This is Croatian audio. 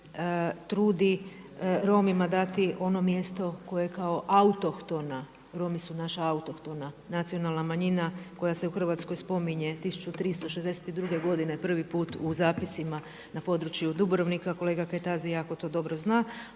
trudi Romima dati ono mjesto koje kao autohtona, Romi su naša autohtona nacionalna manjina koja se u Hrvatskoj spominje 1362. godine prvi put u zapisima na području Dubrovnika, kolega Kajtazi jako to dobro zna.